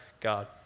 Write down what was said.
God